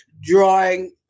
drawing